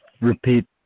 repeat